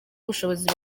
ubushobozi